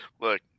Look